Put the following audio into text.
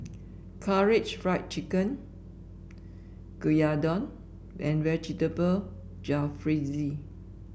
Karaage Fried Chicken Gyudon and Vegetable Jalfrezi